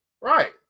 right